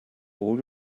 all